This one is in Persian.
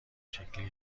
شکلی